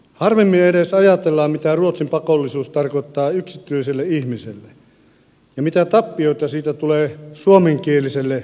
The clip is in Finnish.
harvemmin edes ajatellaan mitä ruotsin pakollisuus tarkoittaa yksityiselle ihmiselle ja mitä tappiota siitä tulee suomenkieliselle yhteisölle